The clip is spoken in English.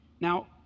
Now